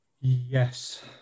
Yes